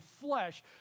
flesh